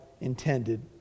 intended